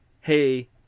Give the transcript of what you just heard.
hey